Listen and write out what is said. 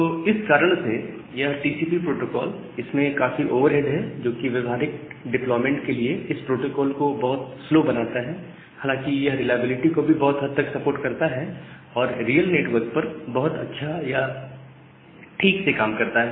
तो इस कारण से यह टीसीपी प्रोटोकोल इसमें काफी ओवरहेड है जो कि व्यवहारिक डेप्लॉयमेंट के लिए इस प्रोटोकॉल को बहुत स्लो बनाता है हालांकि यह रिलायबिलिटी को भी बहुत हद तक सपोर्ट करता है और रियल नेटवर्क पर बहुत अच्छा या ठीक से काम करता है